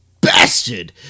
bastard